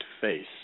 face